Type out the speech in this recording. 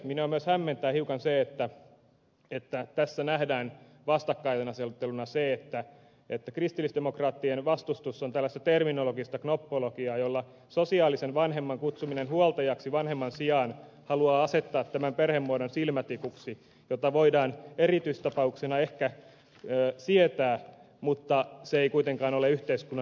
minua myös hämmentää hiukan se että tässä nähdään vastakkainasetteluna se että kristillisdemokraattien vastustus on tällaista terminologista knoppologiaa jolla sosiaalisen vanhemman kutsuminen huoltajaksi vanhemman sijaan haluaa asettaa tämän perhemuodon silmätikuksi jota voidaan erityistapauksena ehkä sietää mutta se ei kuitenkaan ole yhteiskunnan normi